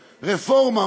רפורמה,